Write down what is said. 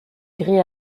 gris